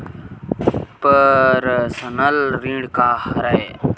Personal ऋण का हरय?